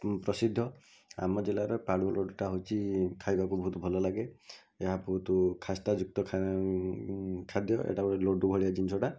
ପ୍ରସିଦ୍ଧ ଆମ ଜିଲ୍ଲାରେ ପାଳୁଅ ଲଡୁଟା ହେଉଛି ଖାଇବାକୁ ବହୁତ ଭଲଲାଗେ ଏହା ବହୁତ ଖାସ୍ତାଯୁକ୍ତ ଖାଦ୍ୟ ଏଇଟା ଗୋଟେ ଲଡୁ ଭଳିଆ ଜିନିଷଟା